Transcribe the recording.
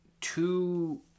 two